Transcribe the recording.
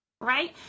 right